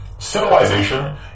Civilization